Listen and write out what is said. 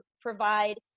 provide